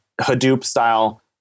Hadoop-style